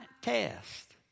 test